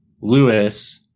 Lewis